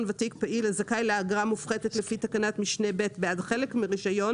הנסיעה השלושים וחמישה עד רישיון הנסיעה הארבעים ושלושה רישיון